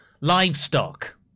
Livestock